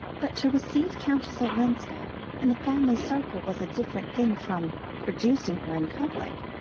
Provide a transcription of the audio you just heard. but to receive countess olenska in the family circle was a different thing from producing her in public,